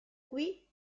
qui